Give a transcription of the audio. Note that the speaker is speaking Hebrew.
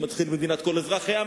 זה מתחיל במדינת כל אזרחיה,